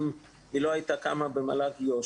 אם היא לא הייתה קמה במל"ג יו"ש,